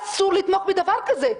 אסור לתמוך בדבר כזה.